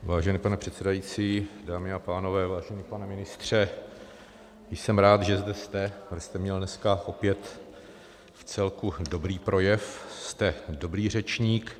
Vážený pane předsedající, dámy a pánové, vážený pane ministře, jsem rád, že zde jste, vy jste měl dneska opět vcelku dobrý projev, jste dobrý řečník.